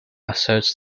asserts